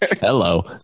Hello